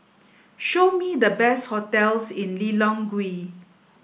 show me the best hotels in Lilongwe